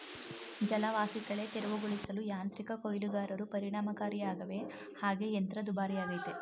ಜಲವಾಸಿಕಳೆ ತೆರವುಗೊಳಿಸಲು ಯಾಂತ್ರಿಕ ಕೊಯ್ಲುಗಾರರು ಪರಿಣಾಮಕಾರಿಯಾಗವೆ ಹಾಗೆ ಯಂತ್ರ ದುಬಾರಿಯಾಗಯ್ತೆ